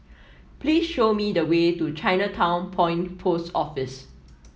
please show me the way to Chinatown Point Post Office